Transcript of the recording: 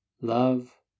love